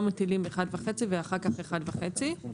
לא מטילים 1.5 ואחר כך 1.5.